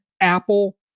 Apple